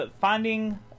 finding